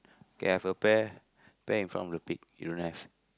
okay I have a pair a pair from the pick you don't have